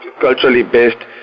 culturally-based